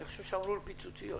אני חושב שעברו לפיצוציות.